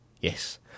Yes